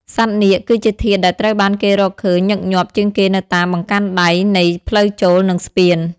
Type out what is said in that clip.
សត្វនាគ គឺជាធាតុដែលត្រូវបានគេរកឃើញញឹកញាប់ជាងគេនៅតាមបង្កាន់ដៃនៃផ្លូវចូល និងស្ពាន។